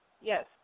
Yes